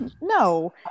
No